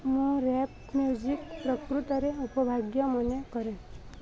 ମୁଁ rap music ପ୍ରକୃତରେ ଉପଭାଗ୍ୟ ମନେ କରେ